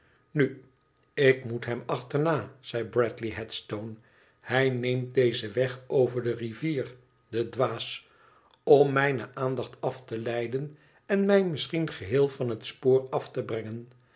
nu ik moet hem achterna zei bradley headstone ihij neemt dezen weg over de rivier de dwaas om mijne aandacht af te leiden en mij misschien geheel van het spoor te brengen